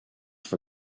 for